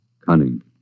cunning